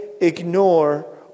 ignore